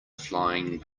flying